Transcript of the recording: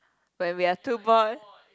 when we are too bored